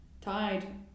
tied